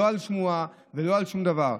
לא על שמועה ולא על שום דבר.